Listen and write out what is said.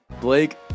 Blake